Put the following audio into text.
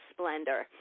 Splendor